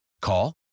Call